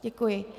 Děkuji.